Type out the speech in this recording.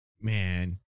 man